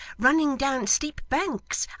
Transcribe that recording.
running down steep banks,